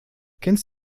kennst